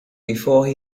before